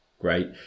Great